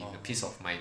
(uh huh)